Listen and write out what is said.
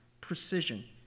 precision